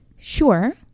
Sure